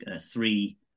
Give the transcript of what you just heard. three